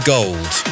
Gold